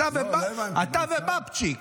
אתה ובבצ'יק.